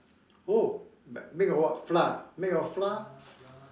oh make of what flour ah make of flour